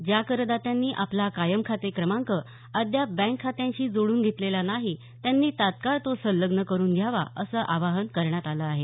ज्या करदात्यांनी आपला कायम खाते क्रमांक अद्याप बँक खात्याशी जोडून घेतलेला नाही त्यांनी तत्काळ तो संलंग्न करून घ्यावा असं आवाहन करण्यात आलं आहे